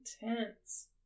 intense